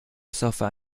software